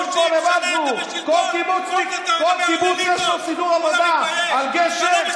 כל קיבוץ יש לו סידור עבודה על גשר,